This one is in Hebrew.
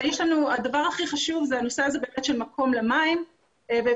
הדבר הכי חשוב הוא הנושא הזה של מקום למים ואפשר